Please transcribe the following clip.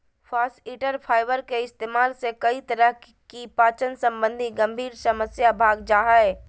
फास्इटर फाइबर के इस्तेमाल से कई तरह की पाचन संबंधी गंभीर समस्या भाग जा हइ